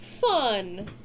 Fun